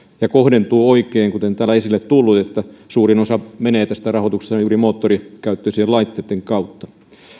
ja kohdentuu oikein kuten täällä on esille tullut että suurin osa menee tästä rahoituksesta juuri moottorikäyttöisien laitteitten kautta